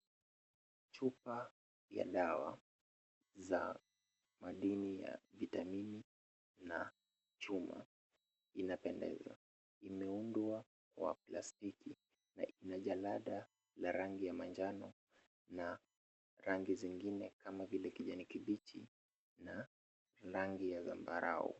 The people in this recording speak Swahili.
Chupa ya dawa za madini ya vitamini na chuma inapendeza imeundwa kwa plastiki na ina jalada la rangi la manjano na rangi zingine kama vile kijani kibichi na rangi ya zambarau.